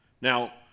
Now